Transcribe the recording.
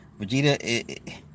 Vegeta